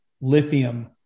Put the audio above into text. lithium